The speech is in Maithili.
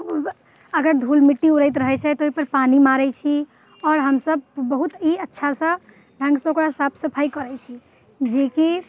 ओ अगर धूल मिट्टी उड़ैत रहैत छै तऽ ओहि पर पानि मारैत छी आओर हमसब बहुत ई अच्छासँ ढङ्गसँ ओकरा साफ सफाइ करैत छी जेकि